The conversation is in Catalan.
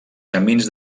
camins